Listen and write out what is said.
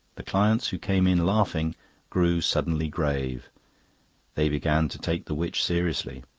the clients who came in laughing grew suddenly grave they began to take the witch seriously.